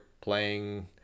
playing